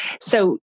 So-